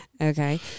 Okay